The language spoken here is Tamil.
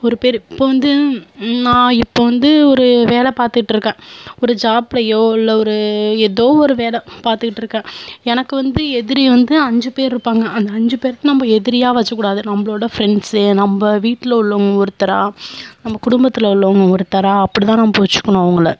ஒரு பேர் இப்போ வந்து நான் இப்போ வந்து ஒரு வேலை பார்த்துட்ருக்கேன் ஒரு ஜாப்லேயோ இல்லை ஒரு ஏதோ ஒரு வேலை பார்த்துட்ருக்கேன் எனக்கு வந்து எதிரி வந்து அஞ்சு பேர்யிருப்பாங்க அந்த அஞ்சுப் பேரையும் நம்ம எதிரியாக வெச்சுக்கக்கூடாது நம்மளோட ஃப்ரெண்ட்ஸு நம்ம வீட்டில் உள்ளவங்க ஒருத்தராக நம்ம குடும்பத்தில் உள்ளவங்க ஒருத்தராக அப்படி தான் நம்ம வெச்சுக்கணும் அவங்கள